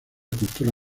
cultura